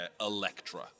Electra